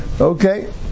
Okay